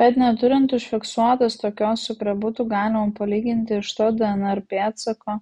bet neturint užfiksuotos tokios su kuria būtų galima palyginti iš to dnr pėdsako